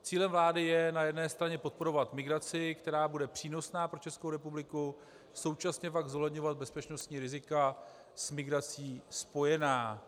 Cílem vlády je na jedné straně podporovat migraci, která bude přínosná pro Českou republiku, a současně pak zohledňovat bezpečnostní rizika s migrací spojená.